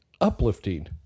uplifting